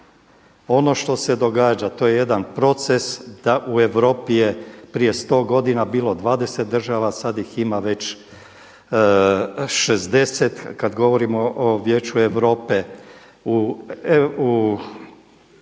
ono što se događa to je jedan proces da u Europi je prije 100 godina bilo 20 država, sad ih ima već 60 kad govorimo o Vijeću Europe, u